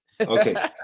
okay